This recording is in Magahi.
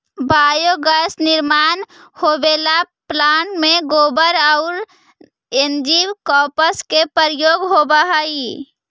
बायोगैस निर्माण होवेला प्लांट में गोबर औउर एनर्जी क्रॉप्स के प्रयोग होवऽ हई